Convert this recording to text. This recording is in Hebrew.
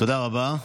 תודה רבה.